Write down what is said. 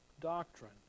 doctrine